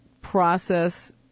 process